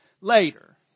later